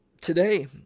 today